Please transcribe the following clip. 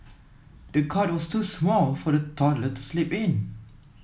the cot was too small for the toddler to sleep in